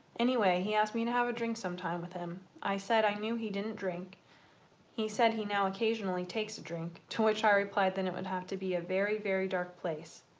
anyway he asked me to have a drink some time with him i said i knew he didn't drink he said he now occasionally takes a drink to which i replied then it would have to be a very very dark place.